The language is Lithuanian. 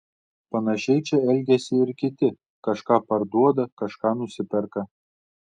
panašiai čia elgiasi ir kiti kažką parduoda kažką nusiperka